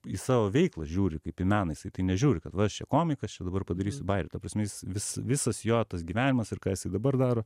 į savo veiklą žiūri kaip į meną jisai į tai nežiūri kad va aš čia komikas čia dabar padarysiu bajerį ta prasme jis vis visas jo tas gyvenimas ir ką jisai dabar daro